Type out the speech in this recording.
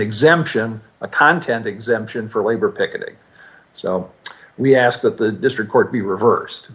exemption a content exemption for labor picketing so we ask that the district court be reversed